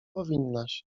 powinnaś